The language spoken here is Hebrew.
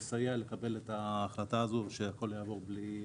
הדבר יסייע לקבל את ההחלטה והכול יעבור בלי עיכובים.